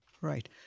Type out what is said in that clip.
Right